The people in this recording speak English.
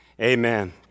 Amen